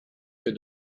que